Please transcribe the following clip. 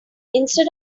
instead